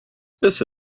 this